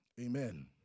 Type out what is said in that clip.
Amen